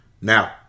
Now